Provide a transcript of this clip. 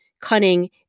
cunning